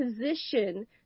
position